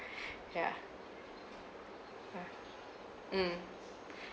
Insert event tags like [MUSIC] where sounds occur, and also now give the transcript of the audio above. [BREATH] yeah hmm mm